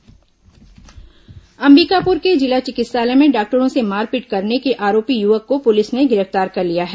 अंबिकापुर हडताल वापस अंबिकापुर के जिला चिकित्सालय में डॉक्टरों से मारपीट करने के आरोपी युवक को पुलिस ने गिरफ्तार कर लिया है